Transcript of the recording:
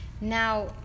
Now